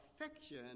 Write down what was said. affection